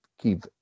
keep